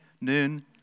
noon